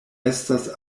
estas